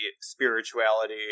spirituality